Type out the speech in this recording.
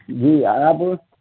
جی آپ